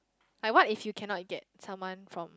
like what if you cannot get someone from